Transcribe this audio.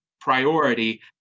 priority